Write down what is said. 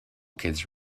kids